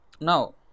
now